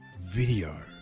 video